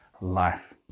life